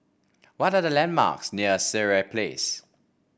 what are the landmarks near Sireh Place